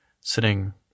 sitting